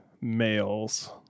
males